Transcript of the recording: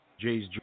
Jay's